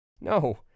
No